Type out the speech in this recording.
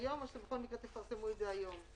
או שבכל מקרה אתם תפרסמו אותו היום?